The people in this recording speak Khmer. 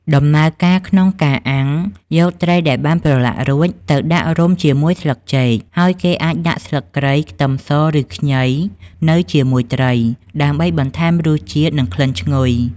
ដំណើរការក្នុងការអាំង យកត្រីដែលបានប្រឡាក់រួចទៅដាក់រុំជាមួយស្លឹកចេក ហើយគេអាចដាក់ស្លឹកគ្រៃ ខ្ទឹមស ឬខ្ញីនៅជាមួយត្រីដើម្បីបន្ថែមរសជាតិ និងក្លិនឈ្ងុយ។